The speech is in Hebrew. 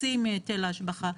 חצי מהיטל ההשבחה.